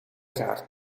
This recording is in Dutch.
haar